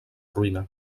ruïna